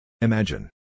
Imagine